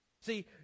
See